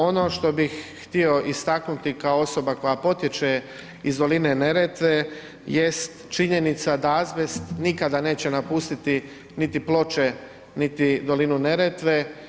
Ono što bih htio istaknuti kao osoba koja potječe iz doline Neretve jest činjenica da azbest nikada neće napustiti niti Ploče, niti dolinu Neretve.